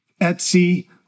Etsy